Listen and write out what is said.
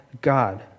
God